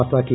പാസാക്കി